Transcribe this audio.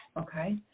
Okay